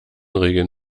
regeln